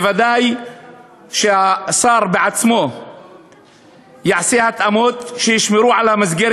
ודאי שהשר בעצמו יעשה התאמות שישמרו על מסגרת